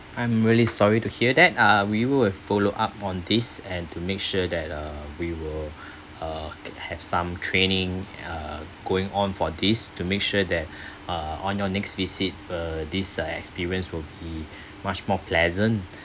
I'm really sorry to hear that uh we will follow up on this and to make sure that uh we will uh have some training uh going on for this to make sure that uh on your next visit uh this uh experience will be much more pleasant